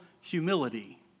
humility